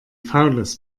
faules